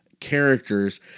characters